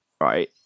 Right